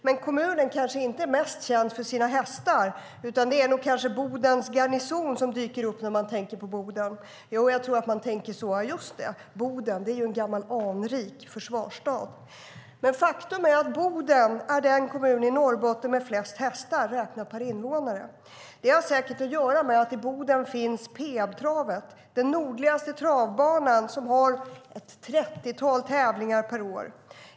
Men kommunen kanske inte är mest känd för sina hästar, utan det är nog Bodens garnison som dyker upp när man tänker på Boden. Jag tror att man tänker: Just det, Boden är ju en gammal anrik försvarsstad. Faktum är att Boden är den kommun i Norrbotten som har flest hästar räknat per invånare. Det har säkert att göra med att Peabtravet finns där. Det är Sveriges nordligaste travbana, och där hålls ett 30-tal tävlingar per år.